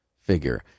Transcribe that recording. figure